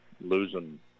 losing